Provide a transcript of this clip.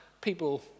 people